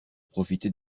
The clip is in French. profiter